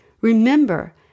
Remember